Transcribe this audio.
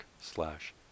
slash